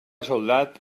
soldat